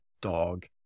dog